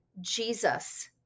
Jesus